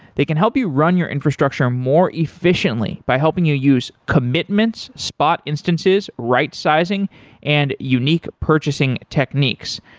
they can help you run your infrastructure more efficiently by helping you use commitments, spot instances, right sizing and unique purchasing techniques.